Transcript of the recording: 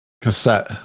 cassette